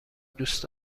دوست